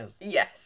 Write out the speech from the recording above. Yes